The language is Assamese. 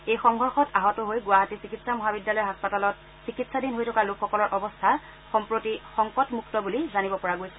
এই সংঘৰ্ষত আহত হৈ গুৱাহাটী চিকিৎসা মহাবিদ্যালয় হস্পাতালত চিকিৎসাধীন হৈ থকা লোকসকলৰ অৱস্থা সম্প্ৰতি সংকট মুক্ত বুলি জানিব পৰা গৈছে